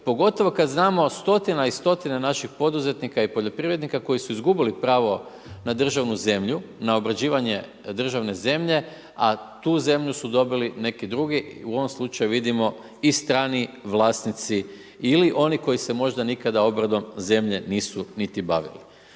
pogotovo kada znamo stotina i stotina naših poduzetnika i poljoprivrednika koji su izgubili pravo na državnu zemlju, na obrađivanje državne zemlje, a tu zemlju su dobili neki drugi, u ovom slučaju vidimo i strani vlasnici, ili oni koji se možda nikada obradom zemlje nisu niti bavili.